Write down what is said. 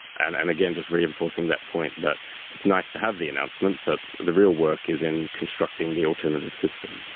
and and again, just reinforcing that point, that it's nice to have the announcement but the real work is in constructing the alternative system.